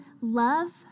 love